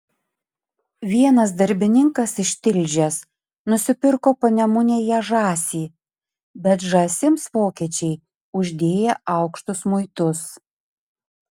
vienas darbininkas iš tilžės nusipirko panemunėje žąsį bet žąsims vokiečiai uždėję aukštus muitus